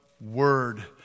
Word